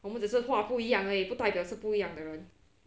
我们只是画不一样而已不代表是不一样的人